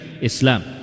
Islam